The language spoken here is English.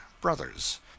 brothers